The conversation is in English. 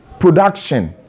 production